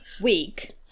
week